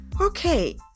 Okay